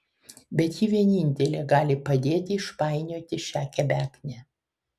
bet ji vienintelė gali padėti išpainioti šią kebeknę